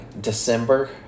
December